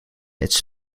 its